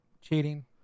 cheating